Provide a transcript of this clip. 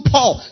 Paul